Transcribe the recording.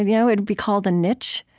and you know it would be called the niche.